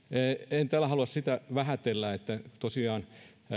en tällä halua vähätellä sitä että tosiaan